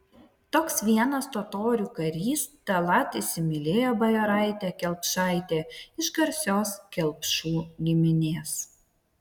toks vienas totorių karys tallat įsimylėjo bajoraitę kelpšaitę iš garsios kelpšų giminės